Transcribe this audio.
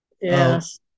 Yes